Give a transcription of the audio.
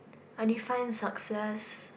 I define success